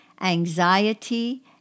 Anxiety